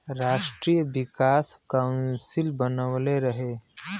राष्ट्रीय विकास काउंसिल बनवले रहे